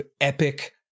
epic